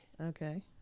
Okay